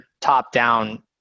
top-down